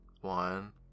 One